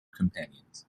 companions